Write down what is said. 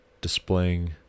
displaying